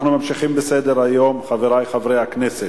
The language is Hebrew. אנחנו ממשיכים בסדר-היום, חברי חברי הכנסת.